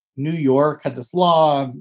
new york had this law.